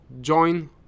Join